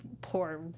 poor